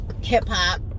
hip-hop